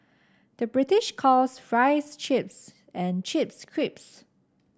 the British calls fries chips and chips crisps